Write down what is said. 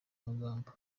amagambo